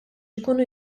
ikunu